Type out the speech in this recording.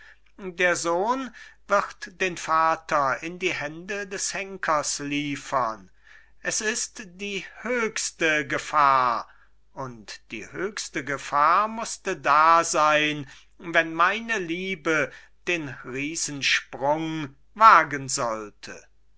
der sohn wird den vater in die hände des henkers liefern es ist die höchste gefahr und die höchste gefahr mußte da sein wenn meine liebe den riesensprung wagen sollte höre